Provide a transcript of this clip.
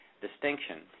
distinction